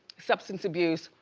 substance abuse,